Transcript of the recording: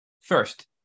First